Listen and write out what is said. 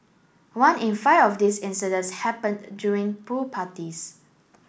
one in five of this incidents happened during pool parties